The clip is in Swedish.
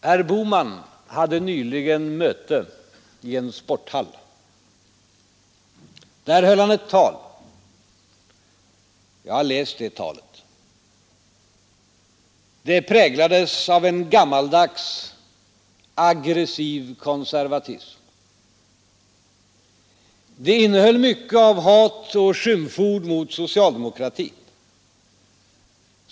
Herr Bohman hade nyligen ett möte i en sporthall. Där höll han ett tal. Jag har läst det talet. Det präglades av en gammaldags aggressiv konservatism. Det innehöll mycket av hat och skymford mot socialdemokratin.